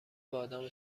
بادام